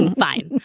fine.